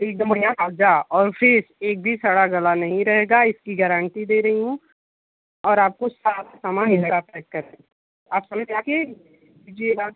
एक नंबर का ताज़ा और फ्रेस एक भी सड़ा गला नहीं रहेगा इसकी गारंटी दे रही हूँ और आपको सारा समान यहाँ पैक कर देंगे आप ख़ाली आकर ले लीजिएगा